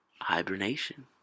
hibernation